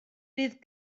bydd